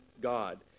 god